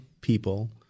people